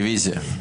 רוויזיה.